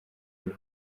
bihe